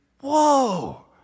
Whoa